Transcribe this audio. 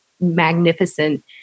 magnificent